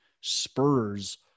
spurs